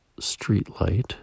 streetlight